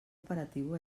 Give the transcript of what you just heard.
operatiu